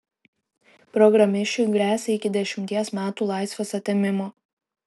programišiui gresia iki dešimties metų laisvės atėmimo